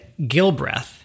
Gilbreth